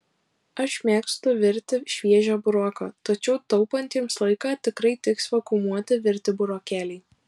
aš mėgstu virti šviežią buroką tačiau taupantiems laiką tikrai tiks vakuumuoti virti burokėliai